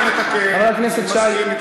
גם שם צריך לטפל, אני מסכים אתך.